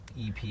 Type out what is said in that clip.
EP